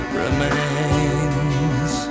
remains